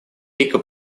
рика